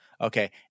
Okay